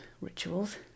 rituals